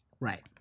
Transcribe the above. Right